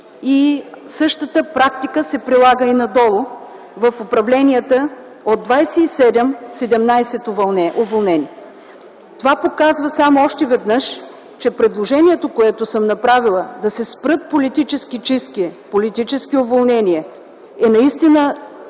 Същата практика се прилага и надолу в управленията: от 27 – 17 уволнени. Това показва само още веднъж, че предложението, което съм направила, да се спрат политически чистки, политически уволнения, е наистина